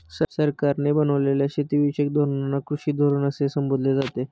सरकारने बनवलेल्या शेतीविषयक धोरणांना कृषी धोरण असे संबोधले जाते